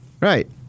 Right